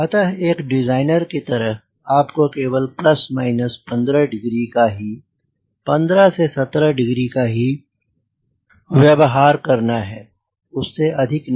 अतः एक डिज़ाइनर की तरह आपको केवल 15 डिग्री का ही 15 से 17 डिग्री का ही व्यव्हार करना है उस से अधिक नहीं